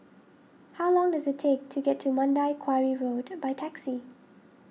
how long does it take to get to Mandai Quarry Road by taxi